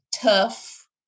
tough